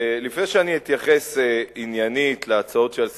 לפני שאני אתייחס עניינית להצעות שעל סדר-היום,